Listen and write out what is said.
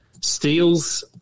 Steals